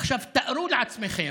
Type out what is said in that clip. עכשיו, תארו לעצמכם,